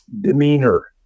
demeanor